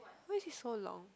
why is it so long